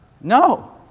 No